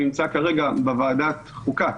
שנמצא כרגע בוועדת החוקה.